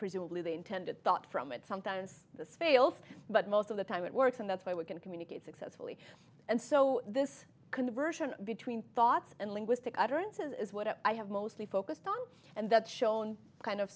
presumably the intended thought from it sometimes this fails but most of the time it works and that's why we can communicate successfully and so this conversion between thoughts and linguistic utterances is what i have mostly focused on and that's shown kind of